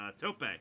Tope